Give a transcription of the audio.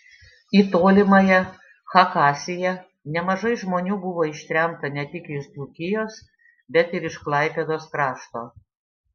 į tolimąją chakasiją nemažai žmonių buvo ištremta ne tik iš dzūkijos bet ir iš klaipėdos krašto